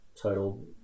total